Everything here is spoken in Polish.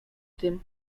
tym